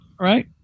Right